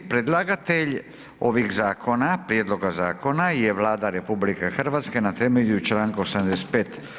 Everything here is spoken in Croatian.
Predlagatelj ovih zakona, prijedloga zakona je Vlada RH na temelju čl. 85.